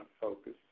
focus